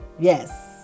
Yes